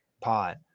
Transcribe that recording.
pot